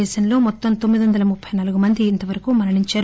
దేశంలో మొత్తం తొమ్మిది వందల ముప్పి నాలుగు మంది మరణించారు